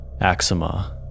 axima